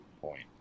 point